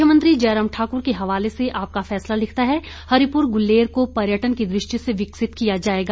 मुख्यमंत्री जयराम ठाक्र के हवाले से आपका फैसला लिखता है हरिपुर गुलेर को पर्यटन की दृष्टि से विकसित किया जाएगा